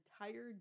entire